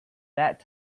that